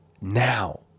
now